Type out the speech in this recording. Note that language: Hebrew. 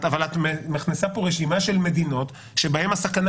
את מכניסה פה רשימה של מדינות שבהן הסכנה